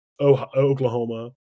Oklahoma